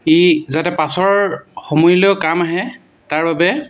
ই যাতে পাছৰ সময়লৈও কাম আহে তাৰ বাবে